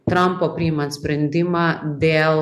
trampo priimant sprendimą dėl